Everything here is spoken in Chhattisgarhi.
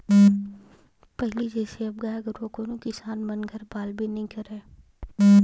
पहिली जइसे अब गाय गरुवा कोनो किसान मन घर पालबे नइ करय